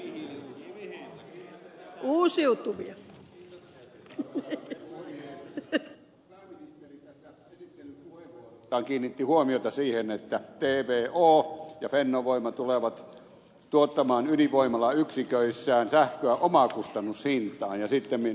pääministeri tässä ilmoituksessaan kiinnitti huomiota siihen että tvo ja fennovoima tulevat tuottamaan ydinvoimalayksiköissään sähköä omakustannushintaan ja sittemmin ed